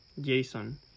Jason